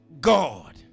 God